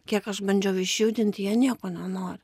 kiek aš bandžiau išjudinti jie nieko nenori